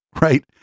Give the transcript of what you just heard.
Right